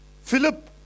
Philip